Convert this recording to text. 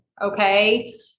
okay